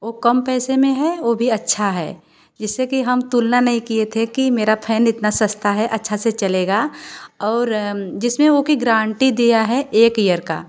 वो कम पैसे में है वो भी अच्छा है जैसे कि हम तुलना नहीं किए थे कि मेरा फैन इतना सस्ता है अच्छा से चलेगा और जिस में वो भी गारण्टी दिया है एक ईयर का